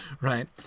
right